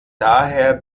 daher